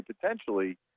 potentially